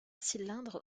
cylindre